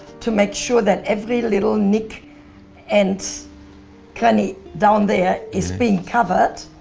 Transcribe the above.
to make sure that every little nick and cranny down there is being covered,